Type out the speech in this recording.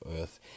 earth